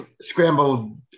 scrambled